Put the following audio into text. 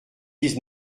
dix